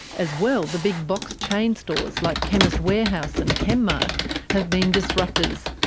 as well, the big box chain stores like chemist warehouse and chem-mart have been disruptors,